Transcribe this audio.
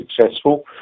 successful